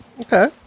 Okay